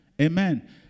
amen